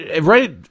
right